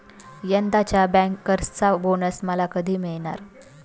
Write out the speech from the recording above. यंदाच्या बँकर्सचा बोनस मला कधी मिळणार?